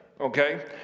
okay